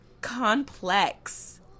complex